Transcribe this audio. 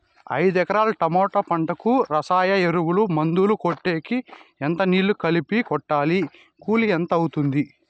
ఐదు ఎకరాల టమోటా పంటకు రసాయన ఎరువుల, మందులు కొట్టేకి ఎంత నీళ్లు కలిపి కొట్టాలి? కూలీ ఎంత అవుతుంది?